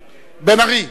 בן-ארי.